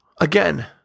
Again